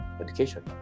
education